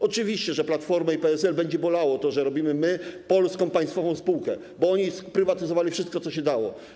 Oczywiście, że Platformę i PSL będzie bolało to, że robimy polską, państwową spółkę, bo oni sprywatyzowali wszystko, co się dało.